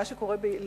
מה שקורה בישראל,